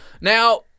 Now